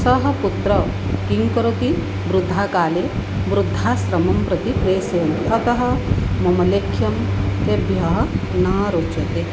सः पुत्रः किं करोति वृद्धकाले वृद्धाश्रमं प्रति प्रेषयति अतः मम लेख्यं तेभ्यः न रोच्यते